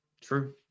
True